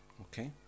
Okay